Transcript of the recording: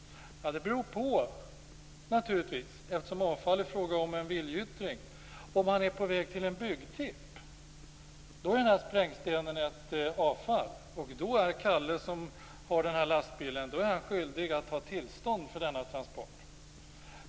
Det beror på, eftersom avfall är fråga om en viljeyttring. Om han är på väg till en byggtipp är sprängstenen avfall. Då är Kalle, som har den här lastbilen, skyldig att ha tillstånd för denna transport.